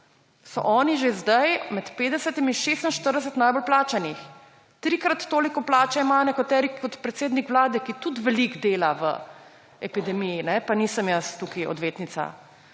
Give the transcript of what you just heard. so oni že zdaj med 50., 46 najbolj plačanih. Trikrat toliko plače imajo nekateri, kot predsednik Vlade, ki tudi veliko dela v epidemiji, pa nisem jaz tukaj odvetnica